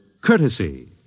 courtesy